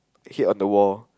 it hit on the wall